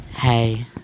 Hey